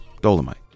Dolomite